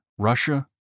Russia